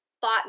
thought